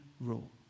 rule